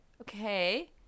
Okay